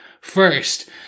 first